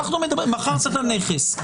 מכרת את הנכס,